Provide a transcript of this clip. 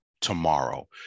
tomorrow